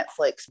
Netflix